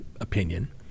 opinion